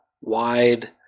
wide